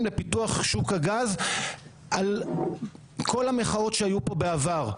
לפיתוח שוק הגז עם כל המחאות שהיו פה בעבר.